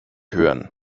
hören